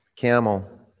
Camel